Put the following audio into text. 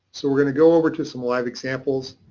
so we're going to go over to some live examples.